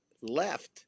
left